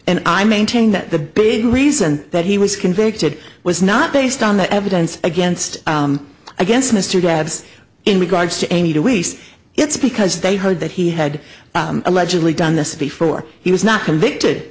and i maintain that the big reason that he was convicted was not based on the evidence against against mr dads in regards to any to waste it's because they heard that he had allegedly done this before he was not convicted